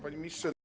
Panie Ministrze!